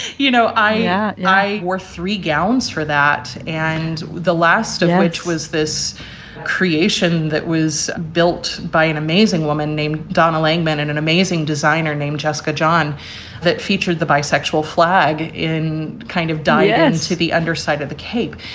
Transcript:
you know, i at night were three gowns for that. and the last of which was this creation that was built by an amazing woman named donna langman and an amazing designer named jessica john that featured the bisexual flag in kind of diane to the underside of the cape.